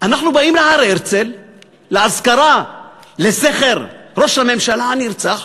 אנחנו באים להר-הרצל לאזכרה לזכר ראש הממשלה הנרצח,